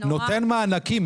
נותן מענקים,